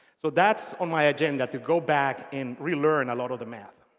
so that's on my agenda to go back and relearn a lot of the math.